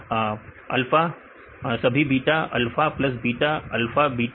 विद्यार्थी सभी अल्फा सभी अल्फा सभी beta alpha plus beta alpha beta